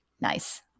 nice